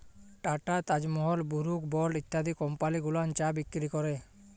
tata, Taj Mahal, Brooke Bond ইত্যাদি company গুলান চা বিক্রি ক্যরে